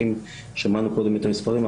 כי שמענו קודם את המספרים,